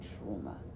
trauma